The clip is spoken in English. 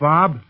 Bob